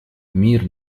мир